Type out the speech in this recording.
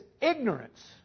ignorance